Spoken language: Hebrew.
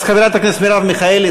אז חברת הכנסת מרב מיכאלי,